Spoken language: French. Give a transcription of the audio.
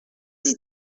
dis